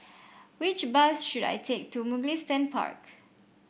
which bus should I take to Mugliston Park